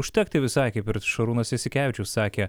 užtekti visai kaip ir šarūnas jasikevičius sakė